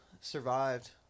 survived